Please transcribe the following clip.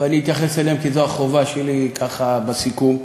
ואני אתייחס לכך, כי זו החובה שלי, ככה, בסיכום.